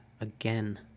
again